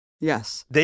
yes